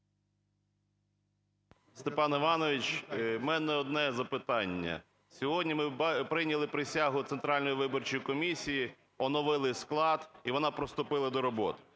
Степан Іванович, у мене одне запитання. Сьогодні ми прийняли присягу Центральної виборчої комісії, оновили склад і вона приступила до роботи.